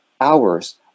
hours